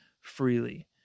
freely